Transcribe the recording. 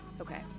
Okay